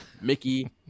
Mickey